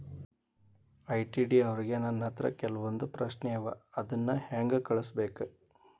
ITD ಅವ್ರಿಗೆ ನನ್ ಹತ್ರ ಕೆಲ್ವೊಂದ್ ಪ್ರಶ್ನೆ ಅವ ಅದನ್ನ ಹೆಂಗ್ ಕಳ್ಸ್ಬೇಕ್?